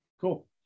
Cool